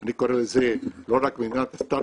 אני קורא לזה לא רק מדינת סטרטאפ,